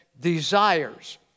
desires